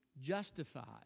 justified